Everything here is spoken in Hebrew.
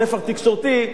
נפח תקשורתי,